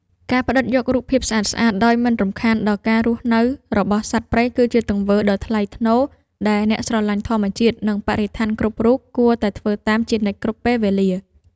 ការផ្ដិតយករូបភាពស្អាតៗដោយមិនរំខានដល់ការរស់នៅរបស់សត្វព្រៃគឺជាទង្វើដ៏ថ្លៃថ្នូរដែលអ្នកស្រឡាញ់ធម្មជាតិ និង បរិស្ថានគ្រប់រូបគួរតែធ្វើតាមជានិច្ចគ្រប់ពេលវេលា។